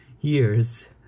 years